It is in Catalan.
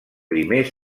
primer